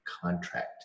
contract